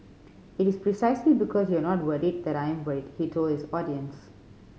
it is precisely because you are not worried that I am worried he told his audience